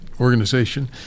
organization